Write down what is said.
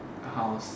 house